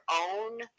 own